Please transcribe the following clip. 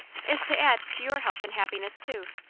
is to add to your health and happiness, too.